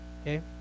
okay